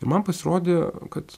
ir man pasirodė kad